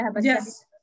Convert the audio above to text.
yes